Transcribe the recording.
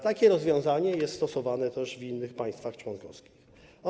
Takie rozwiązanie jest stosowane też w innych państwach członkowskich.